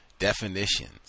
definitions